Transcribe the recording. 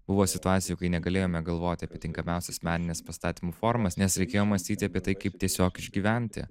buvo situacijų kai negalėjome galvoti apie tinkamiausias menines pastatymų formas nes reikėjo mąstyti apie tai kaip tiesiog išgyventi